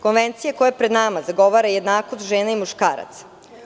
Konvencija koja je pred nama zagovara jednakost žena i muškaraca.